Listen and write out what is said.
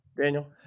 Daniel